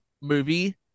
movie